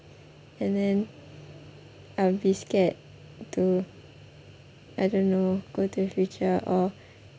and then I'll be scared to I don't know go to the future or